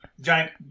Giant